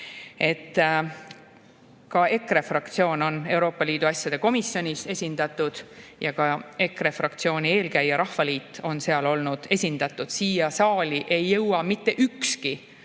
Ka EKRE fraktsioon on Euroopa Liidu asjade komisjonis esindatud ja ka EKRE fraktsiooni eelkäija Rahvaliit on seal olnud esindatud. Siia saali ei jõua mitte ükski